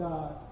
God